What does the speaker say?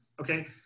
okay